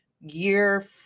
year